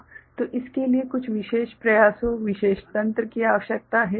तो इसके लिए कुछ विशेष प्रयासों विशेष तंत्र की आवश्यकता है